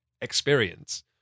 experience